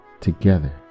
together